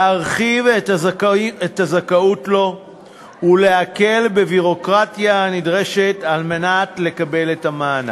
להרחיב את הזכאות לו ולהקל את הביורוקרטיה הנדרשת על מנת לקבל את המענק.